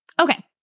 Okay